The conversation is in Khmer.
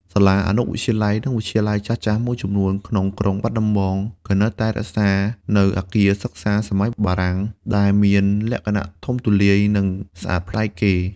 សាលាអនុវិទ្យាល័យ និងវិទ្យាល័យចាស់ៗមួយចំនួនក្នុងក្រុងបាត់ដំបង ក៏នៅតែរក្សានូវអគារសិក្សាសម័យបារាំង ដែលមានលក្ខណៈធំទូលាយ និងស្អាតប្លែកគេ។